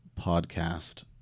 podcast